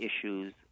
issues